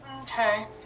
Okay